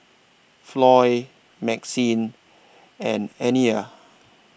Floy Maxine and Aniya